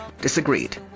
disagreed